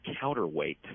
counterweight